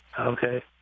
Okay